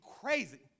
crazy